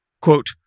Quote